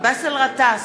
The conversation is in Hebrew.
באסל גטאס,